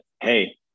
hey